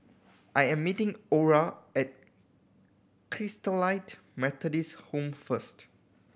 I am meeting Orah at Christalite Methodist Home first